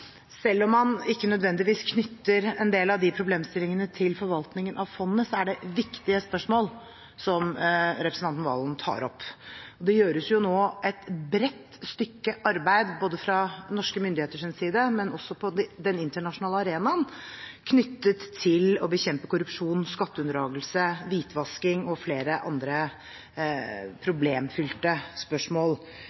selv om man ikke nødvendigvis knytter en del av de problemstillingene til forvaltningen av fondet, er det viktige spørsmål som representanten Serigstad Valen tar opp. Det gjøres nå et bredt stykke arbeid fra norske myndigheters side så vel som på den internasjonale arenaen knyttet til å bekjempe korrupsjon, skatteunndragelse, hvitvasking og flere andre problemfylte spørsmål.